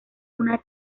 una